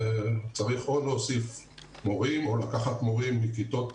צריך או להוסיף מורים או לקחת מורים מכיתות